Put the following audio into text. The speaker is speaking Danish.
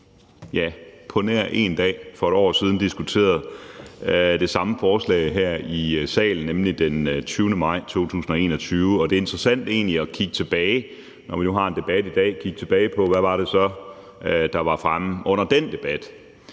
– på nær 1 dag – diskuterede det samme forslag her i salen, nemlig den 20. maj 2021. Og det er egentlig interessant at kigge tilbage, når vi har denne debat i dag, på, hvad det så var, der var fremme under den debat.